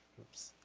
oops,